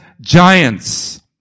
giants